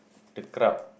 the crowd